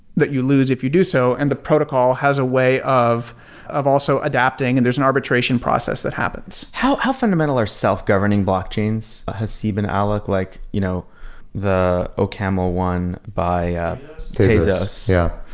that you lose if you do so. and the protocol has a way of of also adapting and there's an arbitration process that happens. how how fundamental are self-governing blockchains, haseeb and ah alok, like you know the ocaml one by tezos? yeah.